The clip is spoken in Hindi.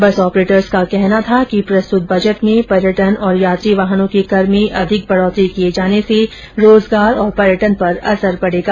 बस ऑपरेटर्स का कहना था कि प्रस्तुत बजट में पर्यटन और यात्री वाहनों के कर में अधिक बढोतरी किए जाने से रोजगार और पर्यटन पर असर पड़ेगा